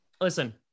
Listen